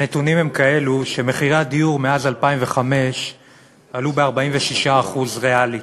הנתונים הם כאלה שמחירי הדיור מאז 2005 עלו ב-46% ריאלית,